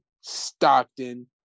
Stockton